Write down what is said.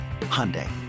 Hyundai